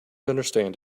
understand